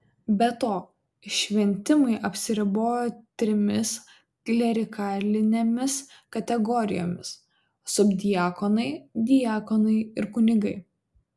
be to šventimai apsiribojo trimis klerikalinėmis kategorijomis subdiakonai diakonai ir kunigai